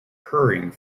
hurrying